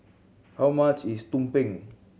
how much is tumpeng